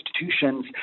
institutions